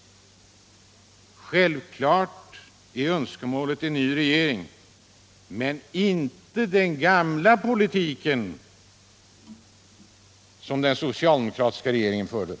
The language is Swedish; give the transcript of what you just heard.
Självfallet är önskemålet en ny regering men inte med den gamla politiken, som den socialdemokratiska regeringen förde.